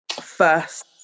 first